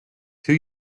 two